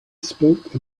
spoke